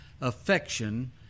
affection